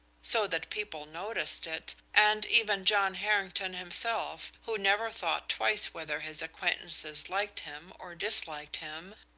so that people noticed it, and even john harrington himself, who never thought twice whether his acquaintances liked him or disliked him,